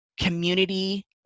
community